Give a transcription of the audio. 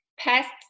Pests